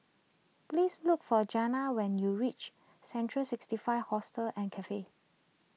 please look for Jena when you reach Central sixty five Hostel and Cafe